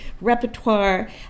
repertoire